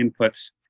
inputs